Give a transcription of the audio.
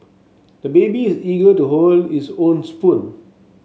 the baby is eager to hold his own spoon